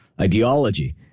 ideology